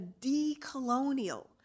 decolonial